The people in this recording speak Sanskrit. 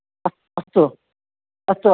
अस्तु अस्तु अस्तु